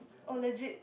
oh legit